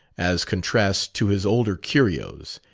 as contrasts to his older curios.